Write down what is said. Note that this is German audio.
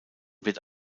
wird